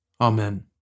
Amen